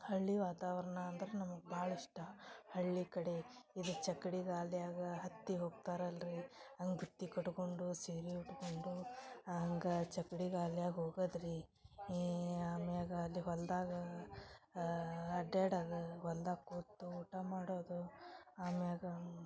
ಹಳ್ಳಿ ವಾತಾವರಣ ಅಂದ್ರ ನಮ್ಗ ಭಾಳ್ ಇಷ್ಟ ಹಳ್ಳಿ ಕಡೆ ಇದು ಚಕ್ಡಿ ಗಲ್ಯಾಗ ಹತ್ತಿ ಹೋಗ್ತಾರೆ ಅಲ್ಲ ರೀ ಹಂಗ್ ಬುತ್ತಿ ಕಟ್ಕೊಂಡು ಸೀರೆ ಉಟ್ಕೊಂಡು ಹಂಗ್ ಚಕ್ಡಿ ಗಲ್ಯಾಗ ಹೋಗಾದು ರೀ ಏನು ಅಮ್ಯಾಗ ಅಲ್ಲಿ ಹೊಲ್ದಾಗ ಅಡ್ಯಾಡೋದು ಹೊಲ್ದಾಗ ಕೂತು ಊಟ ಮಾಡೋದು ಅಮ್ಯಾಗ